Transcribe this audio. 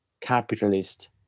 capitalist